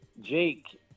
Jake